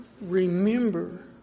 Remember